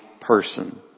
person